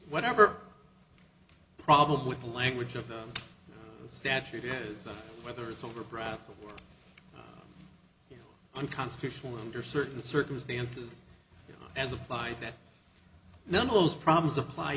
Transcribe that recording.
whatever problem with the language of the statute is whether it's older brother unconstitutional under certain circumstances as applied then none of those problems apply